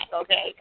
okay